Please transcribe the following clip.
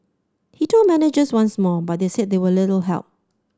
he told managers once more but said they were little help